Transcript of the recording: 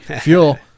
fuel